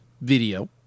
Video